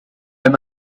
wenn